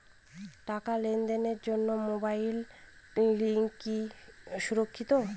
টাকা লেনদেনের জন্য মোবাইল ব্যাঙ্কিং কি সুরক্ষিত?